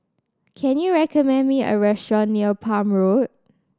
can you recommend me a restaurant near Palm Road